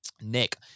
Nick